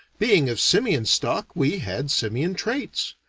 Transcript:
being of simian stock, we had simian traits.